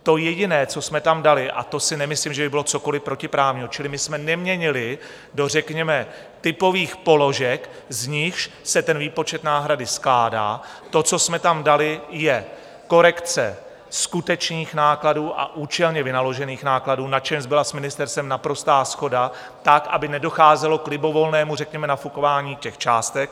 To jediné, co jsme tam dali, a to si nemyslím, že by bylo cokoli protiprávního čili my jsme neměnili do řekněme typových položek, z nichž se výpočet náhrady skládá to, co jsme tam dali, je korekce skutečných nákladů a účelně vynaložených nákladů, na čemž byla s ministerstvem naprostá shoda tak, aby nedocházelo k libovolnému řekněme nafukování částek.